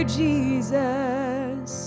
jesus